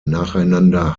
nacheinander